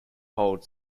hold